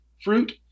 fruit